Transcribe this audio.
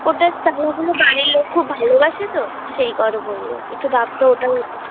ওটা বাড়ির লোক খুব ভালোবাসে তো সেই কারণে বললাম একটু দামটা ওটার একটু